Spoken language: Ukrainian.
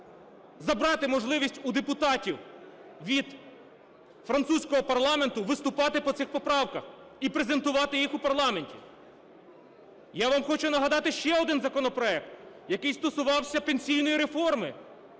забрати можливість у депутатів від французького парламенту виступати по цих поправках і презентувати їх у парламенті. Я вам хочу нагадати ще один законопроект, який стосувався пенсійної реформи.